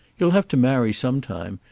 you'll have to marry sometime,